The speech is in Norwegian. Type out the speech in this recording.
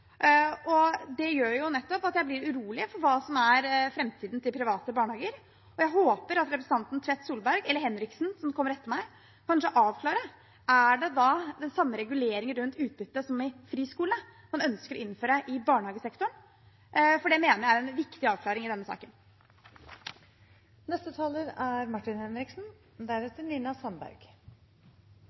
Det gjør at jeg blir urolig for framtiden for private barnehager, og jeg håper at representanten Tvedt Solberg eller representanten Henriksen, som kommer etter meg, kanskje avklarer: Er det da samme regulering rundt utbytte som ved friskolene man ønsker å innføre i barnehagesektoren? Det mener jeg er en viktig avklaring i denne